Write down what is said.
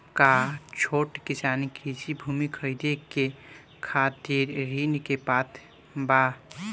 का छोट किसान कृषि भूमि खरीदे के खातिर ऋण के पात्र बा?